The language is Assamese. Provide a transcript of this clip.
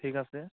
ঠিক আছে